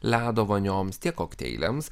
ledo vonioms tiek kokteiliams